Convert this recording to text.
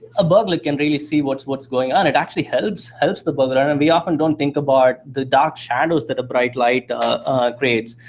a burglar can really see what's what's going on. it actually helps helps the burglar and we often don't think about the dark shadows that a bright light creates.